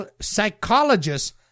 psychologists